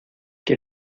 que